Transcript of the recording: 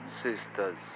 sisters